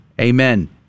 Amen